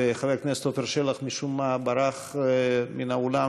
וחבר הכנסת עפר שלח משום מה ברח מן האולם